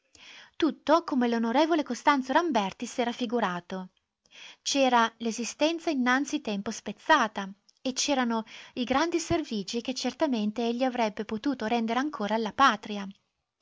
tutto come l'on costanzo ramberti s'era figurato c'era l'esistenza innanzi tempo spezzata e c'erano i grandi servigi che certamente egli avrebbe potuto rendere ancora alla patria